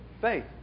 Faith